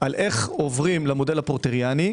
על איך עוברים למודל הפורטריאני,